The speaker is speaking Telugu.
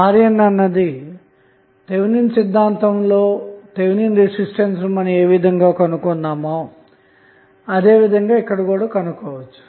RN అన్నది థెవెనిన్ సిద్ధాంతం లో థెవెనిన్ రెసిస్టెన్స్ నుఏ విధంగా కనుగొంటామో అదే విధంగా కనుగొనవచ్చు